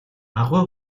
аугаа